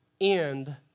end